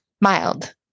Mild